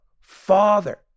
Father